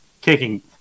kicking